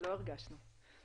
לא הרגשנו את זה.